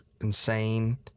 insane